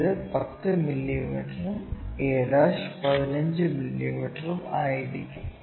ഇത് 10 മില്ലീമീറ്ററും a' 15 മില്ലീമീറ്ററും ആയിരിക്കും